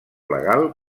legal